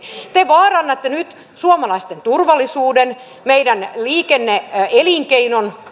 te vaarannatte nyt suomalaisten turvallisuuden meidän liikenne elinkeinomme